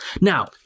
now